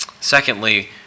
Secondly